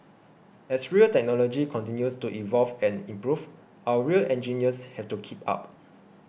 as rail technology continues to evolve and improve our rail engineers have to keep up